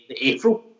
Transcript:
April